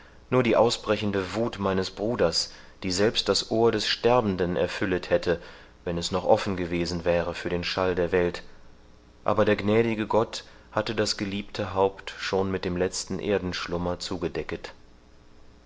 nur die ausbrechende wuth meines bruders die selbst das ohr des sterbenden erfüllet hätte wenn es noch offen gewesen wäre für den schall der welt aber der gnädige gott hatte das geliebte haupt schon mit dem letzten erdenschlummer zugedecket